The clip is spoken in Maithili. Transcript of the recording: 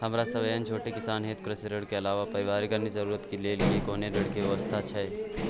हमरा सब एहन छोट किसान हेतु कृषि ऋण के अलावा पारिवारिक अन्य जरूरत के लेल की कोनो ऋण के व्यवस्था छै?